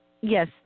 Yes